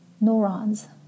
neurons